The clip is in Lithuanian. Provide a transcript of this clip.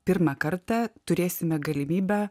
pirmą kartą turėsime galimybę